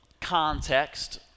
context